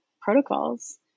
protocols